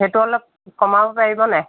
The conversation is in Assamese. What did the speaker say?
সেইটো অলপ কমাব পাৰিব নাই